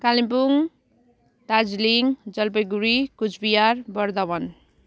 Kalimpong Darjeeling Jalpaiguri Cooch Behar Bardhaman